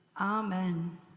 Amen